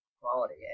quality